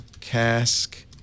cask